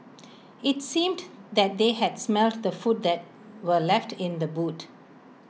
IT seemed that they had smelt the food that were left in the boot